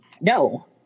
no